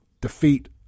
defeat